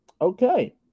Okay